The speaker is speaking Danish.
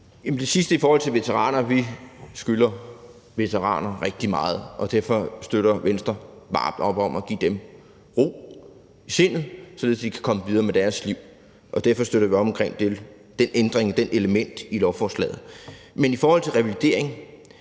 det sidste i forhold til veteraner: Vi skylder veteraner rigtig meget, og derfor støtter Venstre varmt op om at give dem ro i sindet, således at de kan komme videre med deres liv. Og derfor støtter vi op om det element i lovforslaget. Men hvad angår det med revalidering,